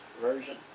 version